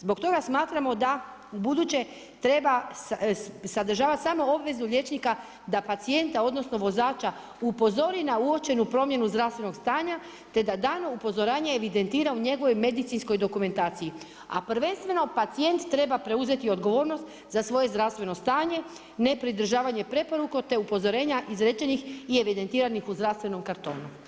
Zbog toga smatramo da ubuduće treba sadržavati samo obvezu liječnika da pacijenta odnosno vozača upozori na uočenu promjenu zdravstvenog stanja te da dana upozorenja evidentira u njegovoj medicinskoj dokumentaciji a prvenstveno pacijent treba preuzeti odgovornost za svoje zdravstveno stanje, nepridržavanje preporuka te upozorenja izrečenih i evidentiranih u zdravstvenom kartonu.